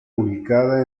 ubicada